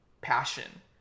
passion